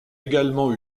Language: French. également